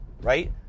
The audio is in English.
right